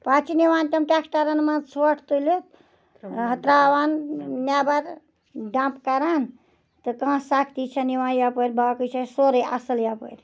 پَتہٕ چھِ نِوان تِم ٹریٚکٹَرَن مَنٛز ژھۄٹھ تُلِتھ تراوان نیٚبَر ڈَمپ کَران تہٕ کانٛہہ سَختی چھَنہٕ یِوان یَپٲر باقٕے چھُ اَسہِ سورُے اَصل یَپٲرۍ